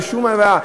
ללא שום דבר,